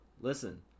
listen